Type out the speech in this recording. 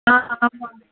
ஆ ஆமாம்